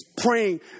praying